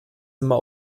immer